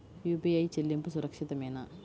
UPI చెల్లింపు సురక్షితమేనా?